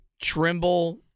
Trimble